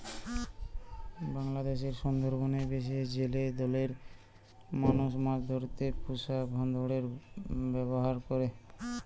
বাংলাদেশের সুন্দরবনের বিশেষ জেলে দলের মানুষ মাছ ধরতে পুষা ভোঁদড়ের ব্যাভার করে